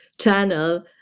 channel